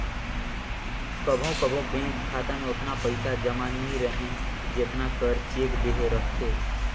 कभों कभों बेंक खाता में ओतना पइसा जमा नी रहें जेतना कर चेक देहे रहथे